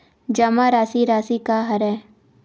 जमा राशि राशि का हरय?